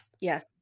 Yes